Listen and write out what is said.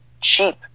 cheap